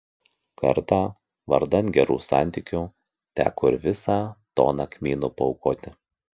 kartą vardan gerų santykių teko ir visą toną kmynų paaukoti